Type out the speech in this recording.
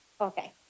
Okay